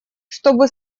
чтобы